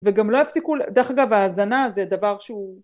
וגם לא הפסיקו דרך אגב ההזנה זה הדבר שהוא